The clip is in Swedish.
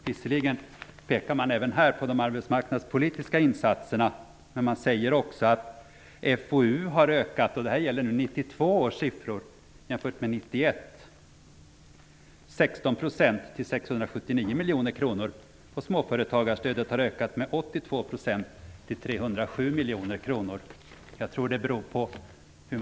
Visserligen pekar man även här på de arbetsmarknadspolitiska insatserna, men man säger också att FoU har ökat med 16 % till 679 miljoner kronor, och småföretagarstödet har ökat med 82 % till 307 miljoner kronor; det gäller 1992 års siffror jämfört med 1991.